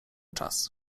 czas